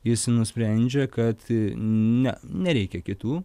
jis nusprendžia kad ne nereikia kitų